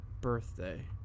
birthday